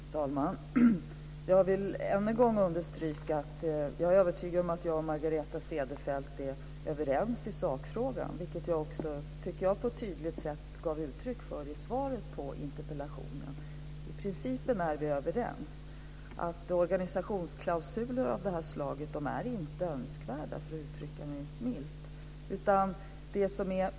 Fru talman! Jag vill än en gång understryka att jag är övertygad om att jag och Margareta Cederfelt är överens i sakfrågan, vilket jag också tycker att jag på ett tydligt sätt gav uttryck för i svaret på interpellationen. Om principen är vi överens - organisationsklausuler av det här slaget är inte önskvärda, för att uttrycka det milt.